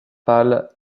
pâle